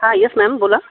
हां yes ma'am बोला